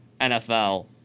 NFL